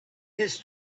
his